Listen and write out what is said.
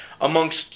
amongst